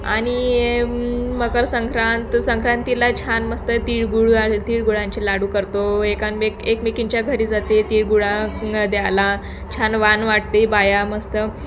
आणि मकर संक्रांत संक्रांतीला छान मस्त तिळगुळ तिळगुळांची लाडू करतो एकांबेक एकमेकींच्या घरी जाते तिळगुळ द्यायला छान वाण वाटते बाया मस्त